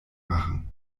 machen